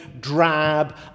drab